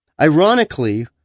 Ironically